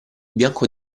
bianco